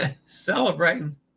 celebrating